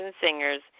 singers